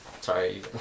Sorry